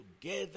together